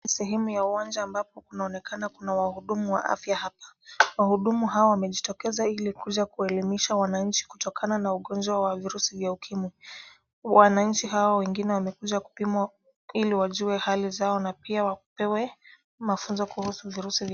Sehemu ya uwanja ambapo kuna wahudumu wa afya hapa. Wahudumu hawa wamejitokeza kuja kuwaelimisha wananchi kutokana na ugonjwa wa virusi vya ukimwi. Wananchi hao wengine wamekuja kupiwa ili wajue hali zao na pia wapewe mafunzo kuhusu virusi.